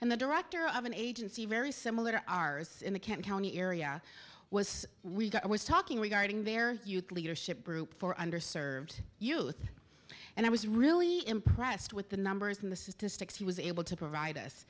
and the director of an agency very similar to ours in the camp county area was we got i was talking regarding their youth leadership group for under served youth and i was really impressed with the numbers in this is districts he was able to provide us